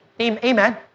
Amen